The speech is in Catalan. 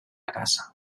caça